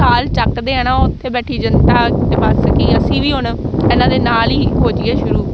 ਚਾਲ ਚੱਕਦੇ ਆ ਨਾ ਉੱਥੇ ਬੈਠੀ ਜਨਤਾ ਬਸ ਕਿ ਅਸੀਂ ਵੀ ਹੁਣ ਇਹਨਾਂ ਦੇ ਨਾਲ ਹੀ ਹੋ ਜਾਈਏ ਸ਼ੁਰੂ